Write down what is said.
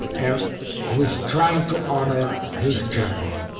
and who's trying to honor his journey